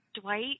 Dwight